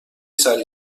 سریع